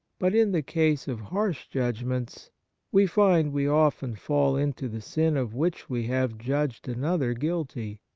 but in the case of harsh judgments we find we often fall into the sin of which we have judged another guilty,